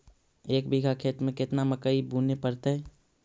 एक बिघा खेत में केतना मकई बुने पड़तै?